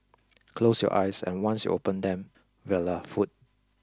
close your eyes and once you open them voila food